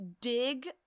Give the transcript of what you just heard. dig